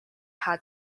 had